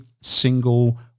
single